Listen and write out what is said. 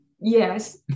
Yes